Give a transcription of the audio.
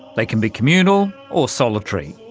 they can be communal or solitary.